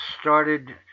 started